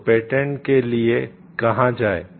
तो पेटेंट के लिए कहां जाएं